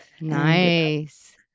Nice